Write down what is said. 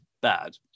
bad